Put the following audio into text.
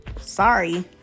sorry